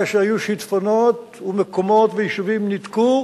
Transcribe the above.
כאשר היו שיטפונות ומקומות ויישובים ניתקו,